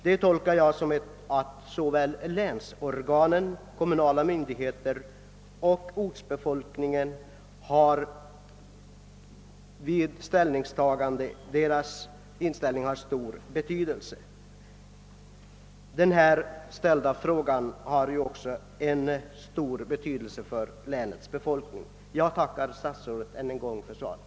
Det tolkar jag så att den inställning som länsorganen, de kommunala myndigheterna och ortsbefolkningen har till frågan tillmäts stor betydelse. Jag tackar än en gång för svaret.